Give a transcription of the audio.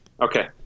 Okay